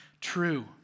true